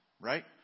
Right